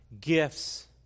gifts